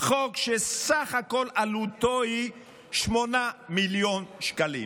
חוק שסך כל עלותו 8 מיליון שקלים.